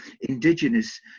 indigenous